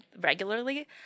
regularly